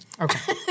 Okay